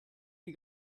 die